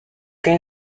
cas